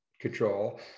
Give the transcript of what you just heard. control